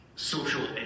social